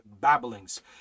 babblings